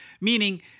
Meaning